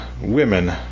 women